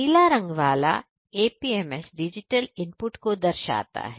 नीला रंग वाला APMs digital input को दर्शाता है